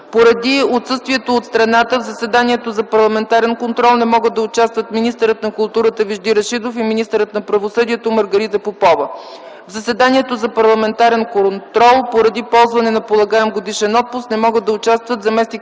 Поради отсъствие от страната, в заседанието за парламентарен контрол не могат да участват министърът на културата Вежди Рашидов и министърът на правосъдието Маргарита Попова. В заседанието за парламентарен контрол, поради ползване на полагаем годишен отпуск, не могат да участват заместник